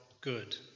good